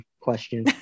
question